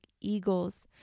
eagles